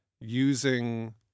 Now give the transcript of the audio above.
using